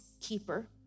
keeper